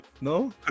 no